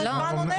אנחנו הצבענו נגד.